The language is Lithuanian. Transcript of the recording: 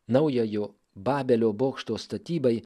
naujojo babelio bokšto statybai